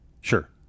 Sure